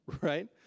Right